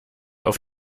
auf